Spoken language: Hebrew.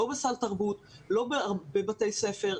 לא בסל תרבות ולא בבתי ספר.